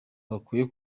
bakwiye